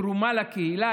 תרומה לקהילה,